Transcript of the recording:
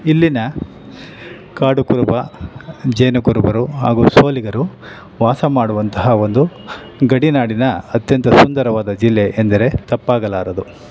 ಇಲ್ಲಿನ ಕಾಡುಕುರುಬ ಜೇನುಕುರುಬರು ಹಾಗೂ ಸೋಲಿಗರು ವಾಸ ಮಾಡುವಂತಹ ಒಂದು ಗಡಿನಾಡಿನ ಅತ್ಯಂತ ಸುಂದರವಾದ ಜಿಲ್ಲೆ ಎಂದರೆ ತಪ್ಪಾಗಲಾರದು